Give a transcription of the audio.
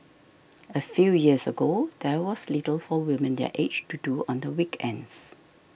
a few years ago there was little for women their age to do on the weekends